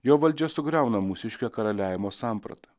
jo valdžia sugriauna mūsiškę karaliavimo sampratą